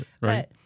Right